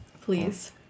please